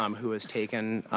um who has taken